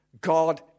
God